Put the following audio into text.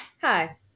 hi